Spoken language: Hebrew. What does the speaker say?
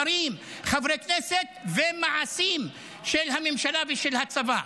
שרים, חברי כנסת, ומעשים של הממשלה ושל הצבא.